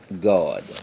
God